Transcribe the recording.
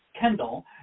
Kendall